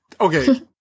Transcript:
Okay